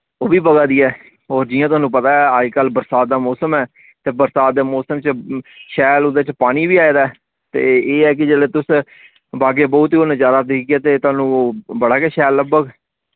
ओह् बी बगा दी ऐ और जि'यां थोआनू पता ऐ अजकल्ल बरसात दा मौसम ते बरसात दे मौसम च शैल उदे च पानी वी आए दा ऐ ते एह् ऐ कि जेल्ले तुस बाग ए बहु तों नजारा दिक्ख गे ते थोआनू बड़ा गै शैल लब्बग